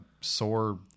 sore